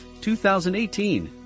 2018